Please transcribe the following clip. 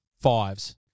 fives